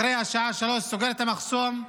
אחרי השעה 15:00, סוגר את המחסום.